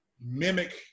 mimic